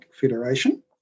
Federation